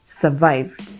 survived